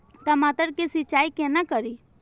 टमाटर की सीचाई केना करी?